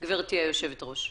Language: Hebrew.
גברתי היושבת-ראש.